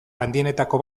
handienetako